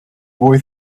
boy